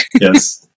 Yes